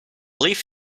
leaf